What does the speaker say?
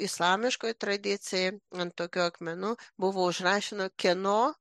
islamiškoj tradicijoj ant tokių akmenų buvo užrašoma kieno